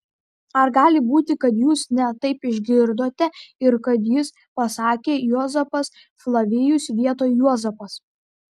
ar gali būti kad jūs ne taip išgirdote ir kad jis pasakė juozapas flavijus vietoj juozapas